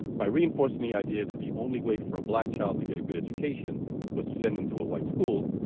by reinforcing the idea that the only way for a black child to get a good education was to send them to a white school,